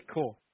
Cool